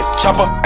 chopper